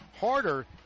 harder